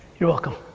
you're welcome.